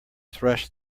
thresh